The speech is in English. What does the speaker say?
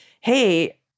hey